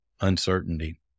uncertainty